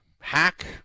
hack